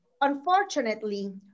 Unfortunately